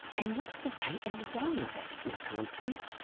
and what's the right and the wrong of it, miss constance?